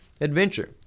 adventure